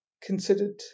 considered